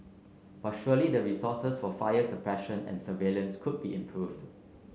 but surely the resources for fires suppression and surveillance could be improved